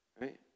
right